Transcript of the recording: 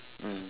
mm